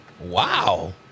Wow